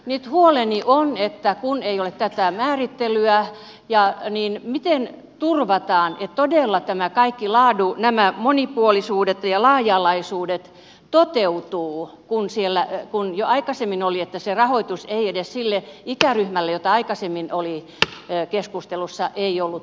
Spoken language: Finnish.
nyt huoleni on että kun ei ole tätä määrittelyä niin miten turvataan että todella nämä monipuolisuudet ja laaja alaisuudet toteutuvat kun se rahoitus ei edes sille ikäryhmälle joka aikaisemmin oli keskustelussa ollut riittävä